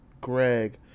greg